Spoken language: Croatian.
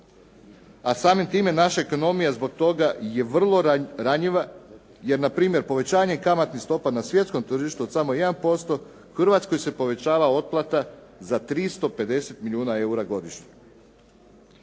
a samim time naša ekonomija zbog toga je vrlo ranjiva, jer npr. povećanje kamatnih stopa na svjetskom tržištu od samo 1% Hrvatskoj se povećava otplata za 350 milijuna eura godišnje.